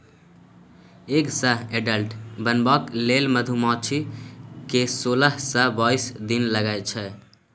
egg सँ adult बनबाक लेल मधुमाछी केँ सोलह सँ बाइस दिन लगै छै